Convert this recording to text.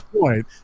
point